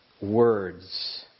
words